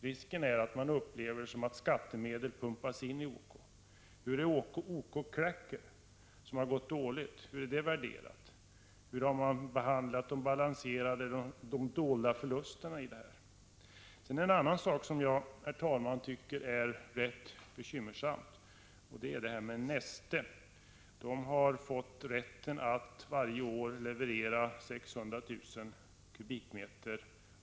Risken är att människor upplever detta så, att skattemedel pumpas in i OK. Hur är OK Cracker värderat? Det företaget har ju gått dåligt. Hur har man behandlat de dolda förlusterna i detta sammanhang? Herr talman! Sedan till en annan sak som jag tycker är rätt bekymmersam. Det gäller Neste. Detta bolag har rätt att varje år leverera 600 000 m?